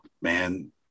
Man